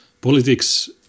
politics